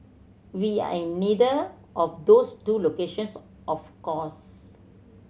we are in neither of those two locations of course